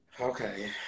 Okay